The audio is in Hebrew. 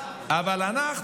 אבל אנחנו?